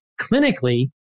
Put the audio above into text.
clinically